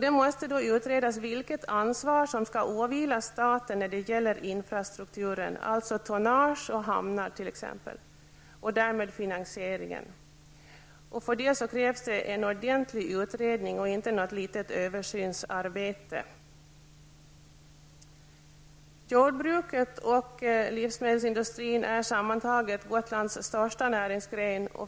Det måste utredas vilket ansvar som skall åvila staten när det gäller infrastrukturen, dvs. tonage och hamnar, och hur finasieringen skall lösas. För detta krävs en ordentlig utredning och inte något litet översynsarbete. Jordbruket och livsmedelsindustrin är sammantaget Gotlands största näringsgren.